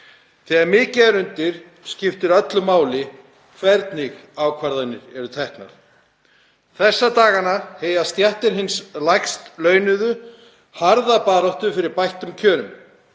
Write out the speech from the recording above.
Þegar mikið er undir skiptir öllu máli hvernig ákvarðanir eru teknar. Þessa dagana heyja stéttir hinna lægst launuðu harða baráttu fyrir bættum kjörum.